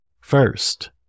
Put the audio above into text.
first